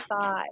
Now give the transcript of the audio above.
five